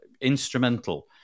instrumental